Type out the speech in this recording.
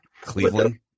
Cleveland